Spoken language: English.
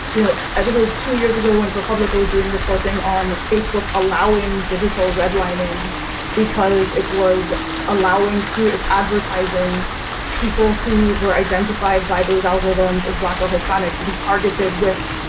you know, i think was two years ago when propublica was doing reporting on facebook allowing digital redlining because it was allowing through its advertising people who were identified by those algorithms as black or hispanic to be targeted with,